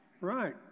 Right